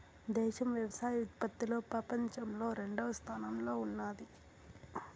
దేశం వ్యవసాయ ఉత్పత్తిలో పపంచంలో రెండవ స్థానంలో ఉన్నాది